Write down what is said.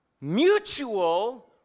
mutual